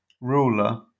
ruler